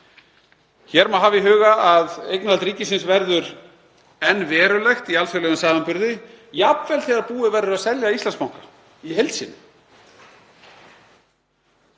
Hér má hafa í huga að eignarhald ríkisins verður enn verulegt í alþjóðlegum samanburði, jafnvel þegar búið verður að selja Íslandsbanka í heild sinni.